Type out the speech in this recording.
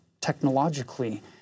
technologically